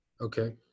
Okay